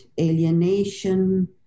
alienation